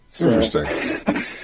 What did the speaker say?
Interesting